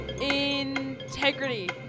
integrity